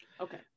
Okay